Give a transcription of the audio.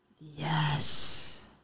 Yes